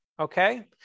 Okay